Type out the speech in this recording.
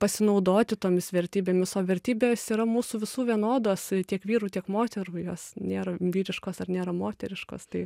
pasinaudoti tomis vertybėmis o vertybės yra mūsų visų vienodos tiek vyrų tiek moterų jos nėra vyriškos ar nėra moteriškos tai